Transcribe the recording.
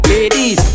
Ladies